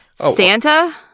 Santa